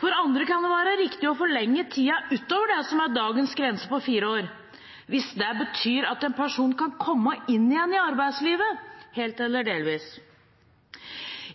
for andre kan det være riktig å forlenge tiden utover det som er dagens grense på fire år, hvis det betyr at en person kan komme inn igjen i arbeidslivet – helt eller delvis.